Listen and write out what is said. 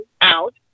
out